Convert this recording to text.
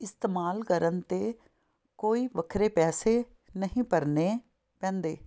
ਇਸਤੇਮਾਲ ਕਰਨ 'ਤੇ ਕੋਈ ਵੱਖਰੇ ਪੈਸੇ ਨਹੀਂ ਭਰਨੇ ਪੈਂਦੇ